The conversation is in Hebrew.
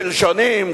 קלשונים,